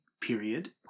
period